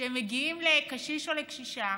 שהם מגיעים לקשיש או לקשישה